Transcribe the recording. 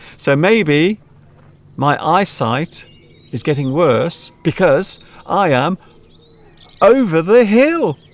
so maybe my eyesight is getting worse because i am over the hill